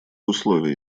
условие